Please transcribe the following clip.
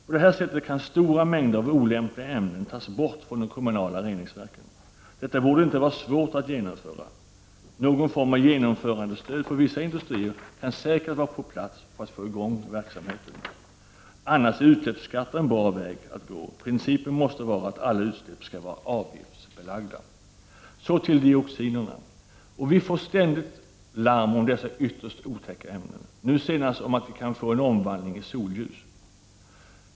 På detta sätt kan stora mängder av olämpliga ämnen tas bort från de kommunala reningsverken. Detta borde inte vara svårt att genomföra. Någon form av genomförandestöd för vissa industrier kan säkert vara på plats för att få i gång verksamheten. Annars är utsläppsskatter en bra väg att gå. Principen måste vara att alla utsläpp skall vara avgiftsbelagda. Så till dioxinerna. Vi får ständigt larm om dessa ytterst otäcka ämnen. Nu senast sades det att det kan bli omvandling i solljus.